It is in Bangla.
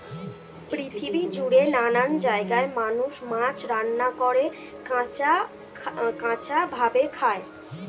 পৃথিবী জুড়ে নানান জায়গায় মানুষ মাছ রান্না করে, কাঁচা ভাবে খায়